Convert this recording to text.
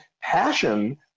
passion